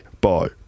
bye